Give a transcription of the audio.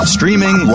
Streaming